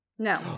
No